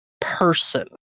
person